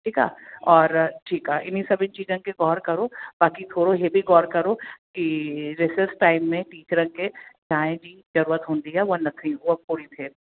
ठीकु आहे और ठीकु आहे इन सभिनि चीजन के गौर करो बाक़ी थोरो हे बि गौर करो की रिरिस टाइम में टीचरनि खे चांहि जी जरूअत हूंदी आहे हूअ न थी हूअ पूरी थिए